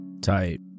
Tight